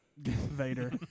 vader